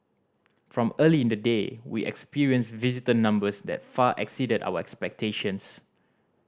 from early in the day we experienced visitor numbers that far exceeded our expectations